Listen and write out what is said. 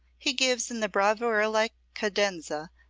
he gives in the bravura-like cadenza,